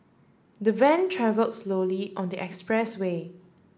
the van travelled slowly on the expressway